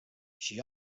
she